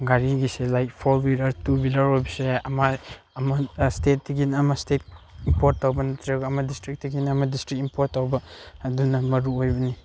ꯒꯥꯔꯤꯒꯤꯁꯤ like for village to village ꯑꯣꯏꯕꯁꯨ ꯌꯥꯏ ꯑꯃ ꯁ꯭ꯇꯦꯠꯇꯒꯤꯅ ꯑꯃ ꯁ꯭ꯇꯦꯠ ꯏꯝꯄ꯭ꯣꯔꯠ ꯇꯧꯕ ꯅꯠꯇ꯭ꯔꯒ ꯑꯃ ꯗꯤꯁꯇ꯭ꯔꯤꯛꯇꯒꯅꯤꯅ ꯑꯃ ꯗꯤꯁꯇ꯭ꯔꯤꯛ ꯏꯝꯄ꯭ꯣꯔꯠ ꯇꯧꯕ ꯑꯗꯨꯅ ꯃꯔꯨ ꯑꯣꯏꯕꯅꯤ